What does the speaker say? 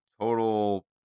total